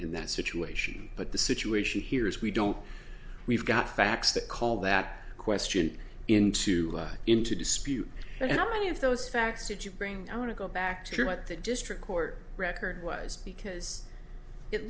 in that situation but the situation here is we don't we've got facts that call that question into into dispute but how many of those facts did you bring i want to go back to what the district court record was because it